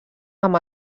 amb